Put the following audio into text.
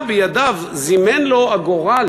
עכשיו בידיו, זימן לו הגורל